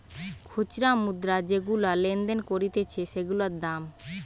খুচরা মুদ্রা যেগুলা লেনদেন করতিছে সেগুলার দাম